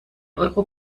euro